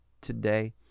today